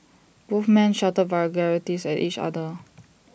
both men shouted vulgarities at each other